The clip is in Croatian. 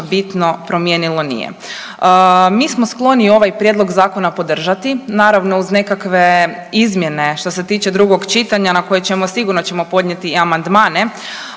bitno promijenilo nije. Mi smo skloni ovaj prijedlog zakona podržati, naravno uz nekakve izmjene što se tiče drugog čitanja na koje ćemo sigurno ćemo podnijeti amandmane,